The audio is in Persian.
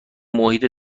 محیط